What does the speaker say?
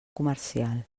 comercial